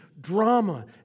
drama